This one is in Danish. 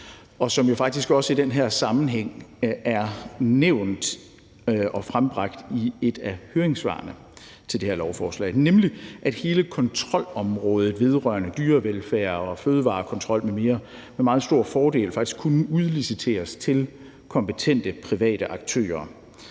også i den her sammenhæng er nævnt og fremført i et af høringssvarene til det her lovforslag, nemlig at hele kontrolområdet vedrørende dyrevelfærd, fødevarekontrol m.m. med meget stor fordel faktisk kunne udliciteres til kompetente private aktører.